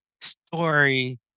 story